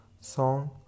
song